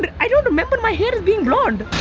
but i don't remember my hair is being blonde.